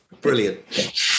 brilliant